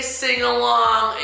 sing-along